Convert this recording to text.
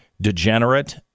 degenerate